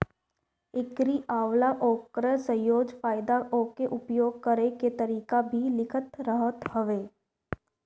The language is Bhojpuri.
एकरी अलावा ओकर संयोजन, फायदा उके उपयोग करे के तरीका भी लिखल रहत हवे